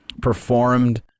performed